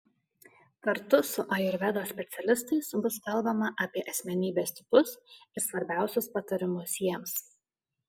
kartu su ajurvedos specialistais bus kalbama apie asmenybės tipus ir svarbiausius patarimus jiems